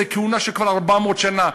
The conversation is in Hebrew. זאת כהונה שנמשכת כבר 400 שנה,